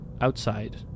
outside